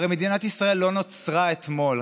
הרי מדינת ישראל לא נוצרה אתמול.